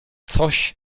coś